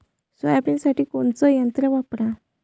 सोयाबीनसाठी कोनचं यंत्र वापरा?